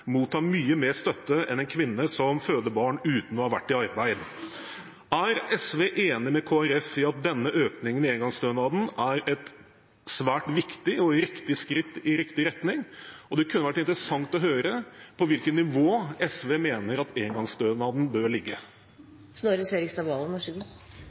motta mye mer støtte enn en kvinne som føder barn uten å ha vært i arbeid. Er SV enig med Kristelig Folkeparti i at denne økningen i engangsstønaden er et svært viktig og riktig skritt i riktig retning? Det kunne vært interessant å høre hvilket nivå SV mener at engangsstønaden bør